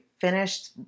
finished